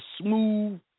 smooth